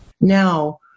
Now